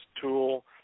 tool